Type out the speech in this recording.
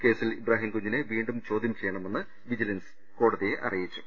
കേസിൽ ഇബ്രാഹിംകുഞ്ഞിനെ വീണ്ടും ചോദ്യം ചെയ്യണമെന്ന് വിജിലൻസ് കോടതിയെ അറിയിച്ചു